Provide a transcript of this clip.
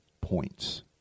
points